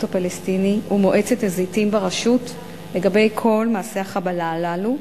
הפלסטיני ומועצת הזיתים ברשות לגבי כל מעשי החבלה הללו,